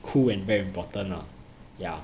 cool and very important lah ya